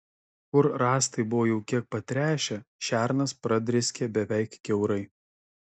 kur rąstai buvo jau kiek patręšę šernas pradrėskė beveik kiaurai